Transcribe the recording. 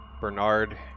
Bernard